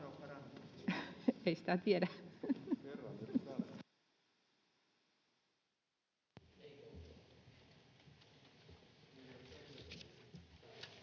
Kiitos,